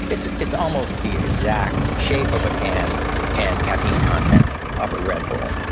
it's it's almost the exact shape of a can and caffeine content of a red bull,